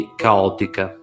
caotica